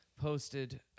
posted